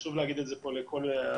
וחשוב להגיד את זה פה לכל הנוכחים,